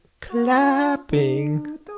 clapping